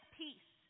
peace